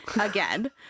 again